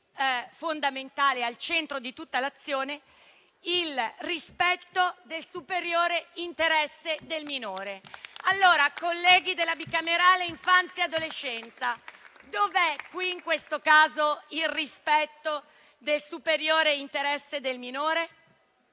fondamentale e al centro di tutta l'azione il rispetto del superiore interesse del minore. Colleghi della Commissione bicamerale per l'infanzia e l'adolescenza, dov'è in questo caso il rispetto del superiore interesse del minore?